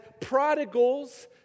prodigals